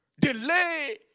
Delay